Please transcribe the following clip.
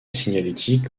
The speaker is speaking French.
signalétique